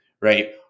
right